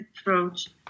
approach